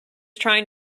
trying